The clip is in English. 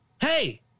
Hey